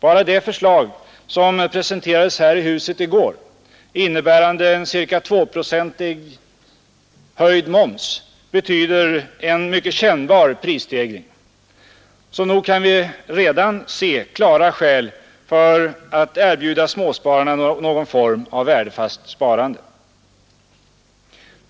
Bara det förslag som presenterades här i huset i går, innebärande en med ca 2 procent höjd moms, betyder en mycket kännbar prisstegring. Så nog kan vi redan se klara skäl för att erbjuda småspararna någon form av värdefast sparande.